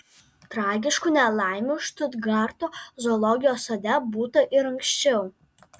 tragiškų nelaimių štutgarto zoologijos sode būta ir anksčiau